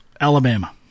Alabama